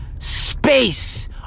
Space